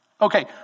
Okay